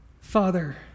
father